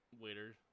waiter